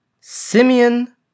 Simeon